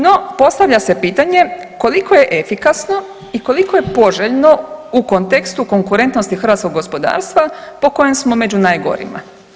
No postavlja se pitanje koliko je efikasno i koliko je poželjno u kontekstu konkurentnosti hrvatskog gospodarstva po kojem smo među najgorima.